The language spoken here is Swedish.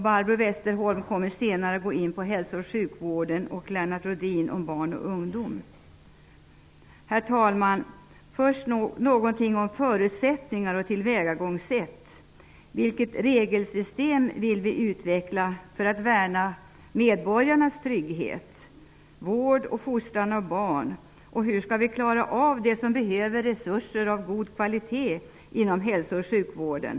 Barbro Westerholm kommer senare att gå närmare in på hälso och sjukvården, och Lennart Rohdin kommer att ta upp frågor som gäller barn och ungdom. Herr talman! Först något om förutsättningarna och tillvägagångssätten: Vilket regelsystem vill vi utveckla för att värna medborgarnas trygghet och vård och fostran av barn? Hur skall vi klara av att tillgodose behoven för dem som behöver resurser av god kvalitet inom hälso och sjukvården?